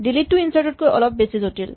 delete টো ইনচাৰ্টতকৈ অলপ বেছি জটিল